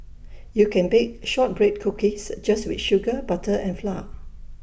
you can bake Shortbread Cookies just with sugar butter and flour